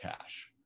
cash